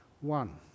One